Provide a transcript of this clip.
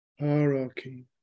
hierarchy